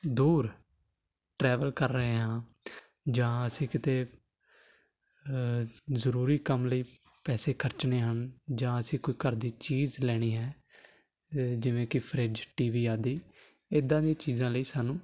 ਦੂਰ ਟਰੈਵਲ ਕਰ ਰਹੇ ਹਾਂ ਜਾਂ ਅਸੀਂ ਕਿਤੇ ਜ਼ਰੂਰੀ ਕੰਮ ਲਈ ਪੈਸੇ ਖਰਚਣੇ ਹਨ ਜਾਂ ਅਸੀਂ ਕੋਈ ਘਰ ਦੀ ਚੀਜ਼ ਲੈਣੀ ਹੈ ਜਿਵੇਂ ਕਿ ਫਰਿਜ ਟੀ ਵੀ ਆਦਿ ਇੱਦਾਂ ਦੀਆਂ ਚੀਜ਼ਾਂ ਲਈ ਸਾਨੂੰ